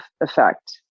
effect